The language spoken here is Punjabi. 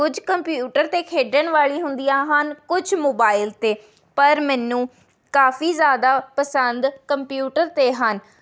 ਕੁਝ ਕੰਪਿਊਟਰ 'ਤੇ ਖੇਡਣ ਵਾਲੀ ਹੁੰਦੀਆਂ ਹਨ ਕੁਛ ਮੋਬਾਇਲ 'ਤੇ ਪਰ ਮੈਨੂੰ ਕਾਫੀ ਜ਼ਿਆਦਾ ਪਸੰਦ ਕੰਪਿਊਟਰ 'ਤੇ ਹਨ